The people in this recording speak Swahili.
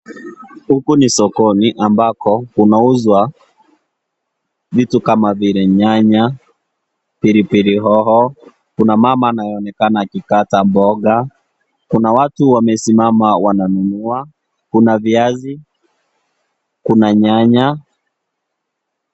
Huku ni sokoni, ambako kunauzwa vitu kama vile nyanya, pilipili hoho, kuna mama anayeonekana akikata mboga, kuna watu wamesimama wananunua, kuna viazi, kuna nyanya.